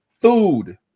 food